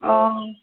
অঁ